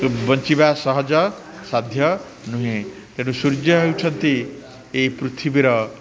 ବଞ୍ଚିବା ସହଜ ସାଧ୍ୟ ନୁହେଁ ତେଣୁ ସୂର୍ଯ୍ୟ ହେଉଛନ୍ତି ଏଇ ପୃଥିବୀର